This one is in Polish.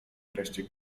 wreszcie